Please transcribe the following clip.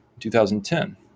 2010